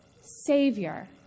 Savior